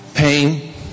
Pain